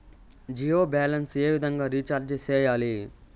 Jio balance ఏ విధంగా recharge సేయాలి?